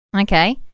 Okay